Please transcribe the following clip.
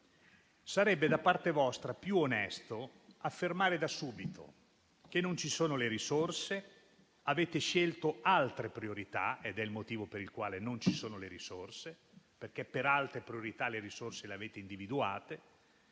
Sarebbe da parte vostra più onesto affermare da subito che non ci sono le risorse, che avete scelto altre priorità e questo è il motivo per il quale non ci sono le risorse, perché per altre priorità le risorse le avete individuate.